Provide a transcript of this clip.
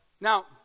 now